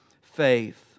faith